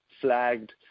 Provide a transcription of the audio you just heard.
flagged